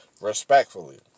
respectfully